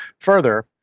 Further